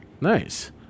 Nice